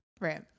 Right